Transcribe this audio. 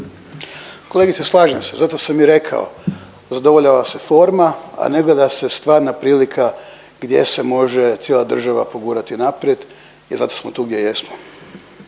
Kolegice slažem se zato sam i rekao, zadovoljava se forma, a ne gleda se stvarna prilika gdje se može cijela država pogurati naprijed i zato smo tu gdje jesmo.